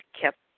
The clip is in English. kept